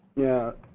yeah,